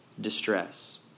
distress